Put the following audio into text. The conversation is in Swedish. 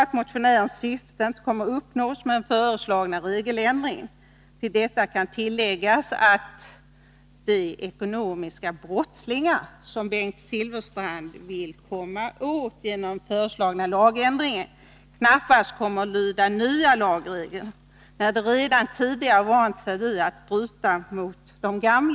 Till detta kan tilläggas att de ”ekonomiska brottslingar” som Bengt Silfverstrand vill komma åt genom den föreslagna lagändringen knappast kommer att lyda nya lagregler, när de redan tidigare vant sig vid att bryta mot gällande regler.